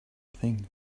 thing